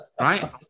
right